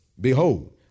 Behold